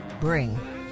bring